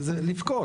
זה לבכות.